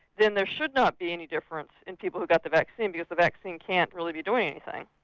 then there should not be any difference in people who got the vaccine because the vaccine can't really be doing anything.